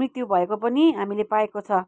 मृत्यु भएको पनि हामीले पाएको छ